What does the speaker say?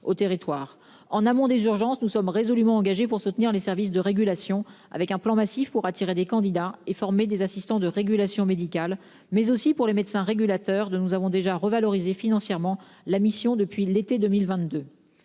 en amont des urgences, nous sommes résolument engagés pour soutenir les services de régulation avec un plan massif pour attirer des candidats et former des assistants de régulation médicale mais aussi pour le médecin régulateur de nous avons déjà revalorisé financièrement la mission depuis l'été 2022.